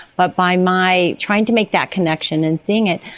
but by my trying to make that connection and seeing it,